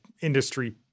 industry